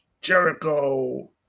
Jericho